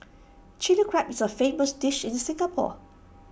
Chilli Crab is A famous dish in Singapore